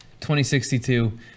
2062